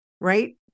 right